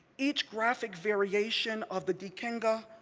each graphic variation of the dikenga,